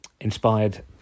Inspired